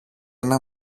ένα